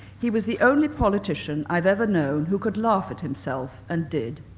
he was the only politician i've ever known who could laugh at himself, and did.